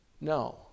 No